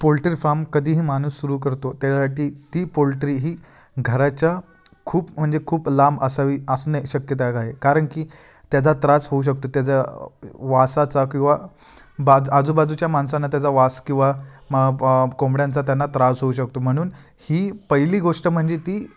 poultry farm कधीही माणूस सुरू करतो त्याच्यासाठी ती पोल्ट्री ही घराच्या खूप म्हणजे खूप लांब असावी असणे शक्यतायक आहे कारण की त्याचा त्रास होऊ शकतो त्याचा वासाचा किंवा बाजू आजूबाजूच्या माणसांना त्याचा वास किंवा म कोंबड्यांचा त्यांना त्रास होऊ शकतो म्हणून ही पहिली गोष्ट म्हणजे ती